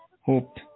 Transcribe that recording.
hope